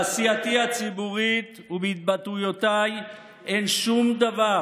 בעשייתי הציבורית ובהתבטאויותיי אין שום דבר